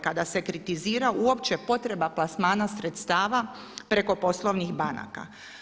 Kada se kritizira uopće potreba plasmana sredstva preko poslovnih banaka.